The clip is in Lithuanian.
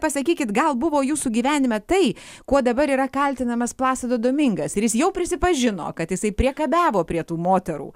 pasakykit gal buvo jūsų gyvenime tai kuo dabar yra kaltinamas placido domingas kuris jau prisipažino kad jisai priekabiavo prie tų moterų